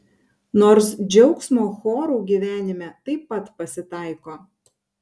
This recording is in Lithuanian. nors džiaugsmo chorų gyvenime taip pat pasitaiko